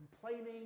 complaining